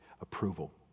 approval